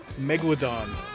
Megalodon